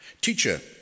Teacher